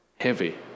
Heavy